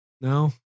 No